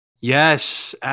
Yes